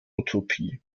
utopie